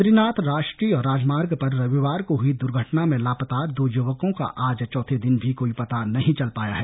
बद्रीनाथ राष्ट्रीय राजमार्ग पर रविवार को हुई दुर्घटना में लापता दो युवकों का आज चौथे दिन भी कोई पता नहीं चल पाया है